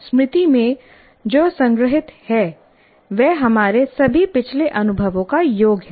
स्मृति में जो संग्रहीत है वह हमारे सभी पिछले अनुभवों का योग है